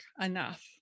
enough